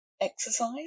exercise